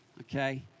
Okay